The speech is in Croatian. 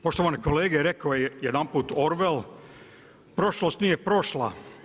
Poštovani kolege, rekao je jedanput Orvel, prošlost nije prošla.